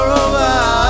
over